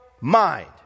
mind